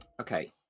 Okay